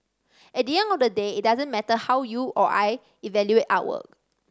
at the end of the day it doesn't matter how you or I evaluate artwork